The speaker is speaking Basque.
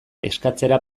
eskatzera